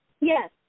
Yes